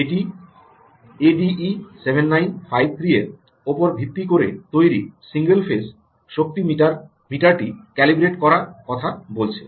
এটি এডিই 7953 এর উপর ভিত্তি করে তৈরি সিঙ্গেল ফেজ শক্তি মিটারটি ক্যালিব্রেট করা কথা বলছে